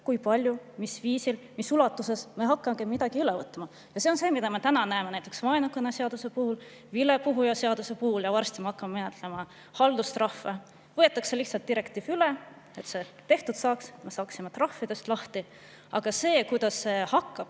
kui palju, mis viisil, mis ulatuses me peaksime midagi üle võtma. See on see, mida me täna näeme näiteks vaenukõne seaduse puhul ja vilepuhuja seaduse puhul, varsti me hakkame menetlema haldustrahve. Võetakse lihtsalt direktiiv üle, et see tehtud saaks ja me saaksime trahvidest lahti. Aga selle kohta, kuidas see hakkab